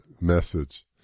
message